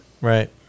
Right